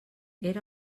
era